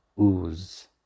ooze